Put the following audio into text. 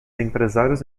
empresários